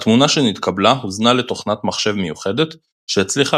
התמונה שנתקבלה הוזנה לתוכנת מחשב מיוחדת שהצליחה